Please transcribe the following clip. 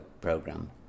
program